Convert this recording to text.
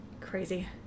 Crazy